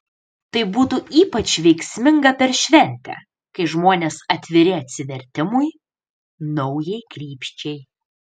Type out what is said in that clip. tai būtų ypač veiksminga per šventę kai žmonės atviri atsivertimui naujai krypčiai